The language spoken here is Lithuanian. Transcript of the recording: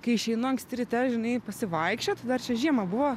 kai išeinu anksti ryte žinai pasivaikščiot dar čia žiemą buvo